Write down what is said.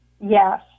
Yes